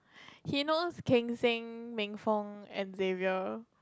he knows Keng-Seng Ming-Fong and Darrel